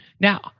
Now